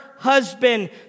husband